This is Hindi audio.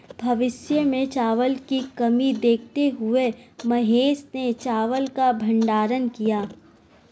भविष्य में चावल की कमी देखते हुए महेश ने चावल का भंडारण किया